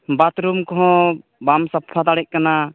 ᱵᱟᱛᱨᱩᱢ ᱠᱚᱦᱚᱸ ᱵᱟᱢ ᱥᱟᱯᱷᱟ ᱫᱟᱲᱮᱭᱟᱜ ᱠᱟᱱᱟ